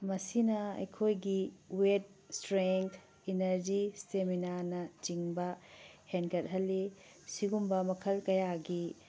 ꯃꯁꯤꯅ ꯑꯩꯈꯣꯏꯒꯤ ꯋꯦꯠ ꯁ꯭ꯇꯔꯦꯡ ꯏꯅꯔꯖꯤ ꯁ꯭ꯇꯦꯃꯤꯅꯥꯅꯆꯤꯡꯕ ꯍꯦꯟꯒꯠꯍꯜꯂꯤ ꯁꯤꯒꯨꯝꯕ ꯃꯈꯜ ꯀꯌꯥꯒꯤ